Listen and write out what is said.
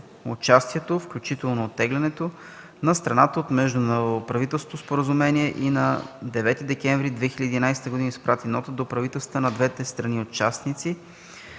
участието, включително оттеглянето, на страната от Междуправителственото споразумение и на 9 декември 2011 г. изпрати нота до правителствата на двете страни – участници